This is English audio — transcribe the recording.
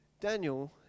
Daniel